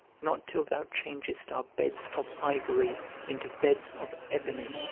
not till thou changest our beds of ivory into beds of ebony?